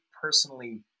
personally